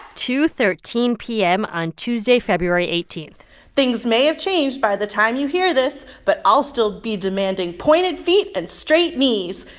two thirteen pm on tuesday, february eighteen point things may have changed by the time you hear this, but i'll still be demanding pointed feet and straight knees.